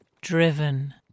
driven